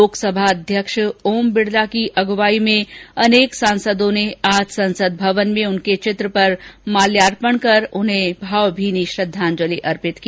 लोकसभा अध्यक्ष ओम बिडला की अगुवाई में अनेक संसद सदस्यों ने संसद भवन में उनके चित्र पर माल्यार्पण कर उन्हें भावभीनी श्रद्दाजलि अर्पित की